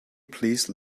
please